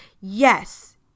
yes